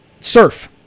surf